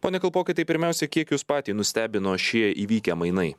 pone kalpokai tai pirmiausia kiek jus patį nustebino šie įvykę mainai